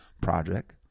Project